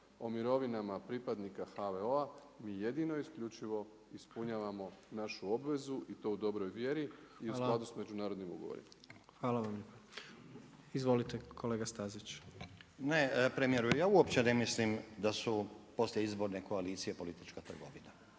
o mirovinama pripadnika HVO-a, mi jedino, isključivo ispunjavamo našu obvezu i to u dobroj vjeri i u skladu s međunarodnim ugovorima. **Jandroković, Gordan (HDZ)** Hvala. Hvala vam lijepa. Izvolite kolega Stazić. **Stazić, Nenad (SDP)** Ne premjeru, ja uopće ne mislim da su poslije izbore koalicije politička trgovina.